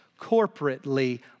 corporately